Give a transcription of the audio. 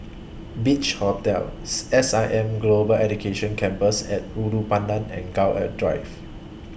Beach Hotel S I M Global Education Campus At Ulu Pandan and Gul A Drive